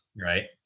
right